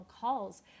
calls